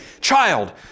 child